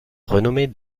renommée